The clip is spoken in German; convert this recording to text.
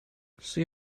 sie